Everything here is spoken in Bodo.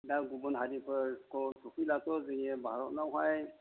दा गुबुन हारिफोरखौ सोफैब्लाथ' जोंनि भारतआवहाय